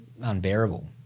unbearable